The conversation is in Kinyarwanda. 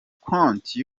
konti